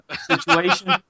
situation